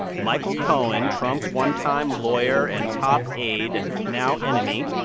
michael cohen, trump's onetime lawyer and top aide and now enemy,